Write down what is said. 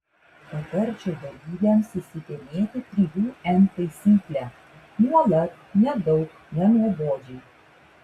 patarčiau dalyvėms įsidėmėti trijų n taisyklę nuolat nedaug nenuobodžiai